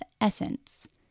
essence